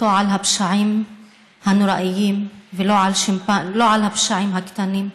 אותו על הפשעים הנוראיים ולא על הפשעים הקטנים.